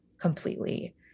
completely